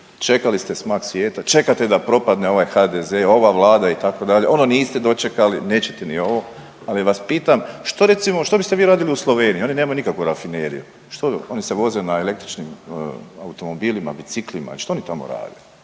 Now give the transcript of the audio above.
čekali ste smak svijeta, čekate da propadne ovaj HDZ, ova Vlada itd. Ono niste dočekali, nećete ni ovo ali vas pitam što recimo, što biste vi radili u Sloveniji? Oni nemaju nikakvu rafineriju. Što? Oni se voze na električnim automobilima, biciklima, što oni tamo rade?